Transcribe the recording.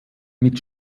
mit